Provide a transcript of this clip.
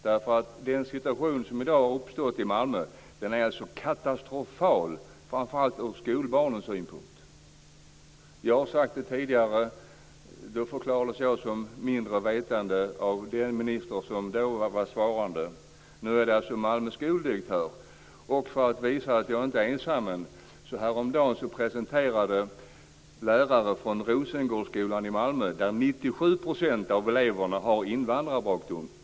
Den situation som vi i dag har i Malmö är katastrofal, framför allt ur skolbarnens synpunkt. Jag har tidigare sagt detta, och jag förklarades då av den minister som svarade som mindre vetande. Nu säger Malmös skoldirektör detsamma som jag. På Rosengårdsskolan i Malmö har 97 % av eleverna invandrarbakgrund.